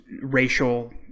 racial